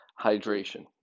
Hydration